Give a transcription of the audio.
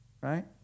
Right